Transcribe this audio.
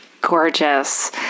Gorgeous